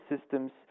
systems